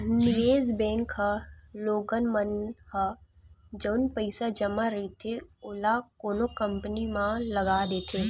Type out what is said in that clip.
निवेस बेंक ह लोगन मन ह जउन पइसा जमा रहिथे ओला कोनो कंपनी म लगा देथे